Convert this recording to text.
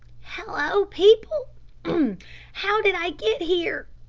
hallo, people how did i get here?